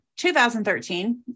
2013